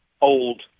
old